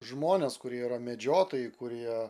žmonės kurie yra medžiotojai kurie